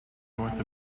north